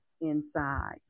inside